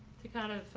to kind of